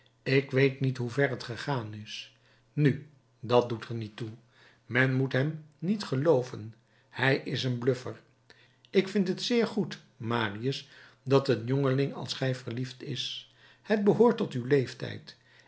ik weet niet hoe ver t gegaan is nu dat doet er niet toe men moet hem niet gelooven hij is een bluffer ik vind het zeer goed marius dat een jongeling als gij verliefd is het behoort tot uw leeftijd